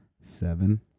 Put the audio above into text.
seven